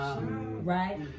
right